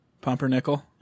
pumpernickel